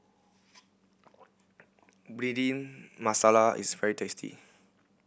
Bhindi Masala is very tasty